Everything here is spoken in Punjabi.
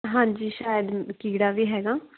ਹਾਂਜੀ ਸ਼ਾਇਦ ਕੀੜਾ ਵੀ ਹੈਗਾ